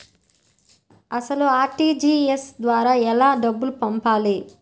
అసలు అర్.టీ.జీ.ఎస్ ద్వారా ఎలా డబ్బులు పంపాలి?